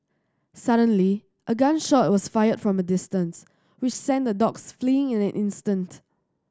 suddenly a gun shot was fired from a distance which sent the dogs fleeing in an instant